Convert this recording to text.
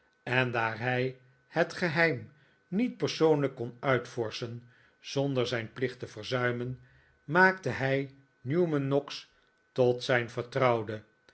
en daar hij het geheim niet persoonlijk kon uitvorschen zonder zijn plicht te verzuimen maakte hij newman noggs tot zijn vertrouwde